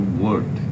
word